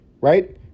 Right